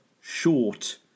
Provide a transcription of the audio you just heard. short